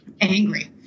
angry